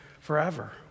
forever